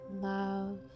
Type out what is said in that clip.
love